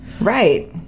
Right